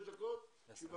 בשעה 11:56.